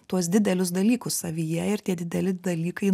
tuos didelius dalykus savyje ir tie dideli dalykai